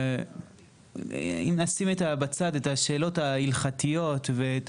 אם נשים בצד את השאלות ההלכתיות ואת